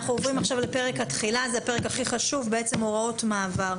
עוברים לפרק ה', פרק התחילה והוראות מעבר.